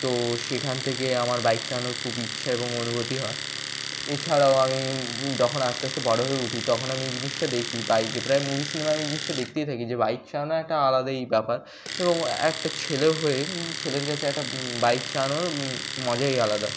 তো সেখান থেকে আমার বাইক চালানোর খুব ইচ্ছা এবং অনুভূতি হয় এছাড়াও আমি যখন আস্তে আস্তে বড় হয়ে উঠি তখন আমি এই জিনিসটা দেখি বাইকে প্রায় মুভি সিনেমা আমি জিনিসটা দেখতেই থাকি যে বাইক চালানো একটা আলাদাই ব্যাপার এবং একটা ছেলে হয়ে ছেলের কাছে একটা বাইক চালানোর মজাই আলাদা